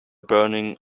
burning